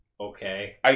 Okay